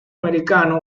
americano